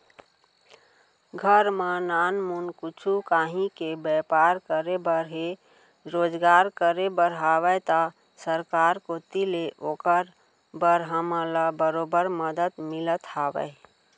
घर म नानमुन कुछु काहीं के बैपार करे बर हे रोजगार करे बर हावय त सरकार कोती ले ओकर बर हमन ल बरोबर मदद मिलत हवय